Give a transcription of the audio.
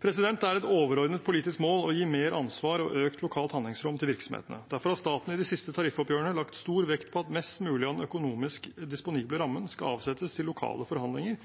fremover. Det er et overordnet politisk mål å gi mer ansvar og økt lokalt handlingsrom til virksomhetene. Derfor har staten i de siste tariffoppgjørene lagt stor vekt på at mest mulig av den økonomisk disponible rammen skal avsettes til lokale forhandlinger,